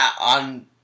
on